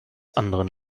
anderem